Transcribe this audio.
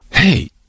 Hey